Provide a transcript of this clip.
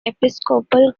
episcopal